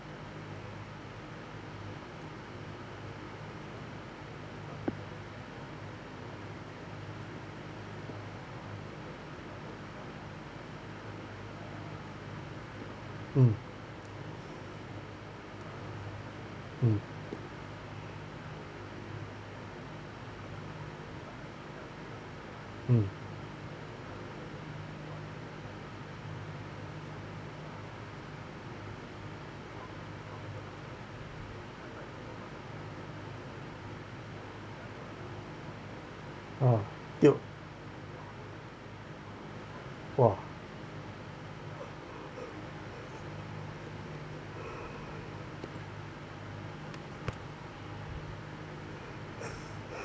mm mm mm uh dealt !wah!